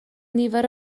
nifer